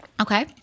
Okay